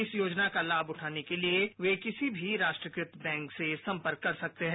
इस योजना का लाभ उठाने के लिए वे किसी भी राष्ट्रीयकृत बैंक से संपर्क कर सकते हैं